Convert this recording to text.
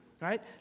right